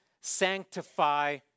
sanctify